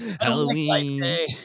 Halloween